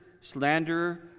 slanderer